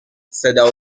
صدا